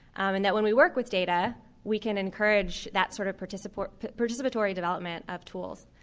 and that when we work with data we can encourage that sort of participatory participatory development of tools.